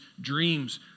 dreams